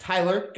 Tyler